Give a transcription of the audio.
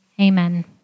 Amen